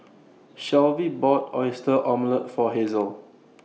Shelvie bought Oyster Omelette For Hazel